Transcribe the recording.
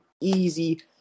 easy